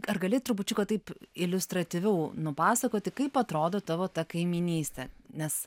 ar gali trupučiuką taip iliustratyviau nupasakoti kaip atrodo tavo ta kaimynystė nes